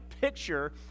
picture